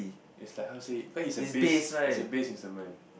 is like how to say cause is a base is a base instrument